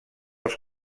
els